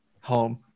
home